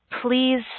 Please